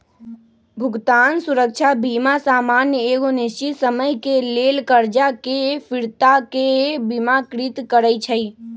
भुगतान सुरक्षा बीमा सामान्य एगो निश्चित समय के लेल करजा के फिरताके बिमाकृत करइ छइ